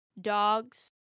dogs